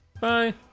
Bye